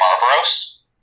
Barbaros